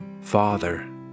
Father